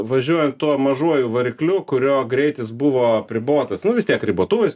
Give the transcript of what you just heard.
važiuojant tuo mažuoju varikliu kurio greitis buvo apribotas nu vis tiek ribotuvais